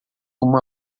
uma